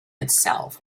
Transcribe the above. itself